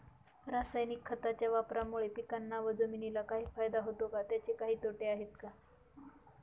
रासायनिक खताच्या वापरामुळे पिकांना व जमिनीला काही फायदा होतो का? त्याचे काही तोटे आहेत का?